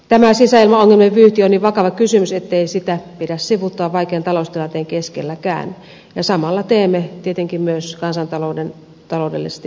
tämä sisäilmaongelmien vyyhti on niin vakava kysymys ettei sitä pidä sivuuttaa vaikean taloustilanteen keskelläkään ja samalla teemme tietenkin myös kansantaloudellisesti elvyttävää politiikkaa